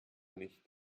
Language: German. nicht